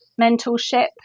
mentorship